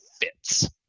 fits